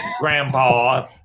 Grandpa